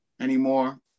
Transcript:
anymore